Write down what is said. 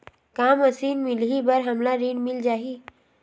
का मशीन मिलही बर हमला ऋण मिल जाही?